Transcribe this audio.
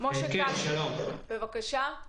משה קאשי, בבקשה.